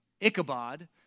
Ichabod